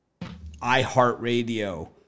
iHeartRadio